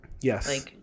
yes